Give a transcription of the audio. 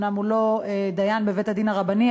אומנם הוא לא דיין בבית-הדין הרבני,